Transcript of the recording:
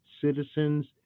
citizens